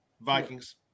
Vikings